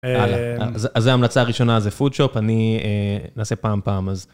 יאללה, אז זו ההמלצה הראשונה, זה פודשופ, אני... נעשה פעם-פעם, אז...